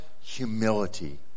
humility